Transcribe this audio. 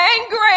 angry